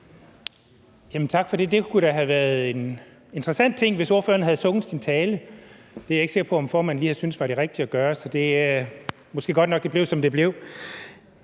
Tak for det. Det kunne da have været en interessant ting, hvis ordføreren havde sunget sin tale. Det er jeg ikke sikker på om formanden lige havde syntes var det rigtige at gøre, så det er måske godt nok, at det blev, som det blev.